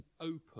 open